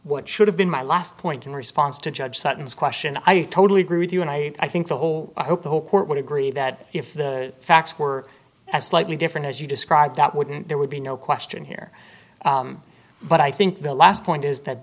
what should have been my last point in response to judge sutton's question i totally agree with you and i i think the whole i hope the whole court would agree that if the facts were as slightly different as you describe that wouldn't there would be no question here but i think the last point is that